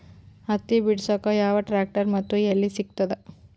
ಹತ್ತಿ ಬಿಡಸಕ್ ಯಾವ ಟ್ರ್ಯಾಕ್ಟರ್ ಮತ್ತು ಎಲ್ಲಿ ಸಿಗತದ?